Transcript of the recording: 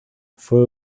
fue